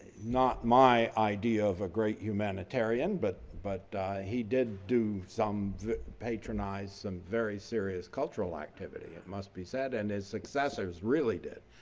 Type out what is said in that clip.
not my idea of a great humanitarian, but but he did do some patronize some very serious cultural activity. it must be sad. and his successors really did.